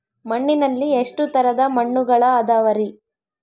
ಮಣ್ಣಿನಲ್ಲಿ ಎಷ್ಟು ತರದ ಮಣ್ಣುಗಳ ಅದವರಿ?